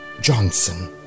Johnson